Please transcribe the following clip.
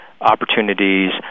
opportunities